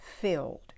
filled